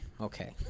Okay